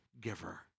giver